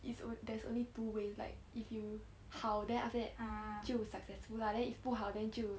if there's only two ways like if you 好 then after that 就 successful lah then if 不好 then 就